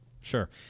sure